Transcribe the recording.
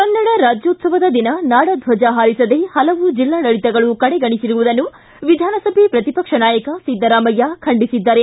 ಕನ್ನಡ ರಾಜ್ಯೋತ್ಲವದ ದಿನ ನಾಡದ್ದಜ ಹಾರಿಸದೆ ಹಲವು ಜಿಲ್ಲಾಡಳಿತಗಳು ಕಡೆಗಣಿಸಿರುವುದನ್ನು ವಿಧಾನಸಭೆ ಪ್ರತಿಪಕ್ಷ ನಾಯಕ ಸಿದ್ದರಾಮಯ್ಯ ಖಂಡಿಸಿದ್ದಾರೆ